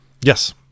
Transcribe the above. Yes